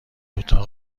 اتاق